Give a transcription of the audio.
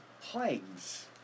plagues